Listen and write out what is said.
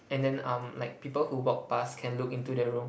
and then um like people who walk past can look into the room